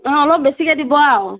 অ অলপ বেছিকৈ দিব আৰু